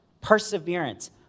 perseverance